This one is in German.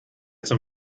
zum